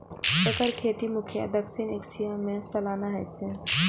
एकर खेती मुख्यतः दक्षिण एशिया मे सालाना होइ छै